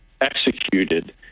executed